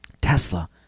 Tesla